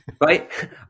right